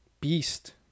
beast